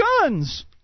guns